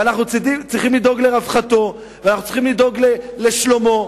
ואנחנו צריכים לדאוג לרווחתו ואנחנו צריכים לדאוג לשלומו.